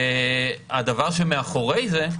והדבר שמאחורי זה,